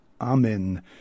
Amen